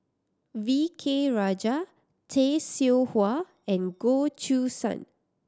V K Rajah Tay Seow Huah and Goh Choo San